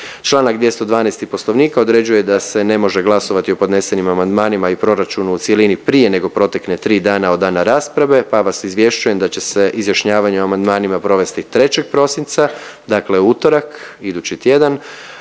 Čl. 212. Poslovnika određuje da se ne može glasovati o podnesenim amandmanima i proračunu u cjelini prije nego proteknu 3 dana od dana rasprave pa vas izvješćujem da će se izjašnjavanje o amandmanima provesti 3. prosinca, dakle u utorak idući tjedan,